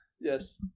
Yes